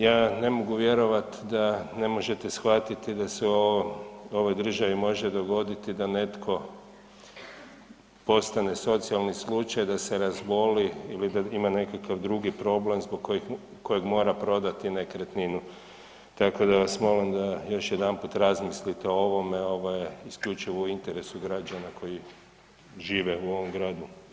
Ja ne mogu vjerovati da ne možete shvatiti da se u ovoj državi može dogoditi da netko postane socijalni slučaj, da se razboli ili da ima nekakav drugi problem zbog kojeg mora prodati nekretninu, tako da vas molim da još jednom razmislite o ovome, ovo je isključivo u interesu građana koji žive u ovom gradu.